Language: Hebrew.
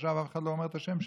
עכשיו אף אחד לא אומר את השם שלו,